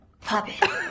Puppet